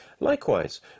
Likewise